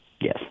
Yes